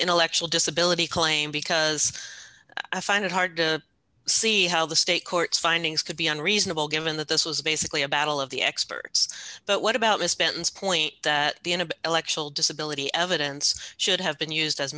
intellectual disability claim because i find it hard to see how the state court findings could be unreasonable given that this was basically a battle of the experts but what about dispense point the end of election disability evidence should have been used as